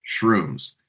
Shrooms